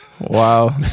Wow